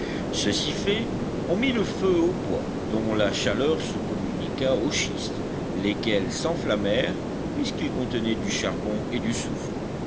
ceci fait on mit le feu au bois dont la chaleur se communiqua aux schistes lesquels s'enflammèrent puisqu'ils contenaient du charbon et du soufre